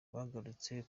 bagarutse